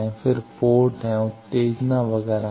फिर पोर्ट हैं उत्तेजना वगैरह हैं